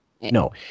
no